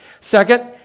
Second